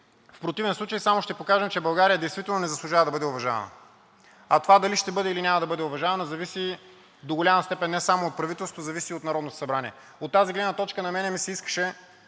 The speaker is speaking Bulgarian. В противен случай само ще покажем, че България действително не заслужава да бъде уважавана, а това дали ще бъде уважавана или няма да бъде уважавана, зависи до голяма степен не само от правителството, но зависи и от Народното събрание. От тази гледна точка на мен ми се искаше